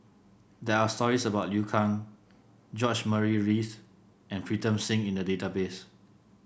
there are stories about Liu Kang George Murray Reith and Pritam Singh in the database